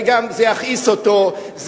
זה יכעיס אותו,